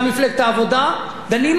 דנים לגופו של עניין.